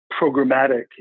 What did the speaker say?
programmatic